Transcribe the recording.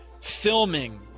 filming